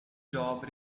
job